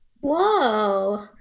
Whoa